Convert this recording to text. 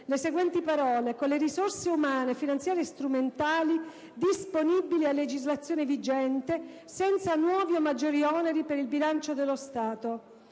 le seguenti parole: "con le risorse umane, finanziarie e strumentali disponibili a legislazione vigente senza nuovi o maggiori oneri per il bilancio dello Stato".